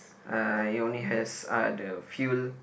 uh it only has uh the few